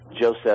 joseph